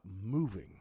moving